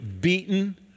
beaten